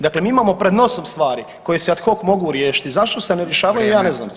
Dakle, mi imamo pred nosom stvari koje se ad hoc mogu riješiti i zašto se ne rješavaju [[Upadica: Vrijeme.]] ja ne znam to.